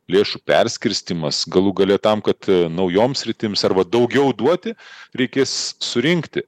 lėšų perskirstymas galų gale tam kad naujoms sritims arba daugiau duoti reikės surinkti